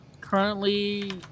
currently